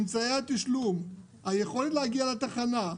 דרך אמצעי התשלום, היכולת להגיע לתחנה,